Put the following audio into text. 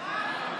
נגד